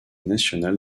nationale